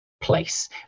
place